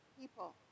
people